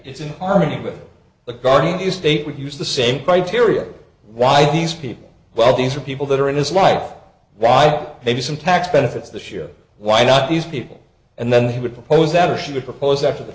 is in harmony with the guardian you state we use the same criteria why these people while these are people that are in his life why maybe some tax benefits this year why not these people and then he would propose that or she would propose after the